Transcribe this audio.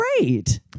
great